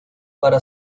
para